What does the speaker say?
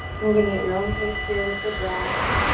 moving at your own pace here with your breath,